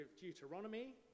Deuteronomy